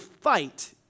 fight